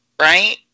right